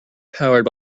powered